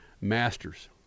Masters